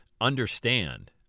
Understand